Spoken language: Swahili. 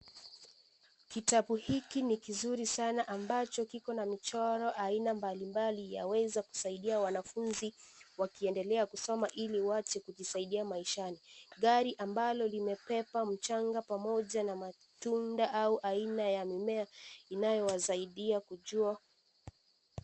Kitabu hiki ni kizuri sana ambacho kiko na michoro aina mbalimbali yaweza kusaidia wanafunzi wakiendelea kusoma ili waje kujisaidia maishani. Gari ambalo limebeba mchanga pamoja na matunda au aina ya mimea inayowasaidia kujua.